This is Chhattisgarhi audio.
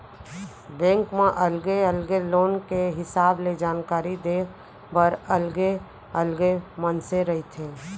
बेंक म अलगे अलगे लोन के हिसाब ले जानकारी देय बर अलगे अलगे मनसे रहिथे